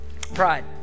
pride